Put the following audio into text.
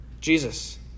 Jesus